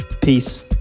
Peace